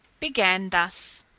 began thus